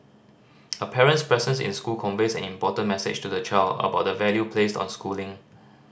a parent's presence in school conveys an important message to the child about the value placed on schooling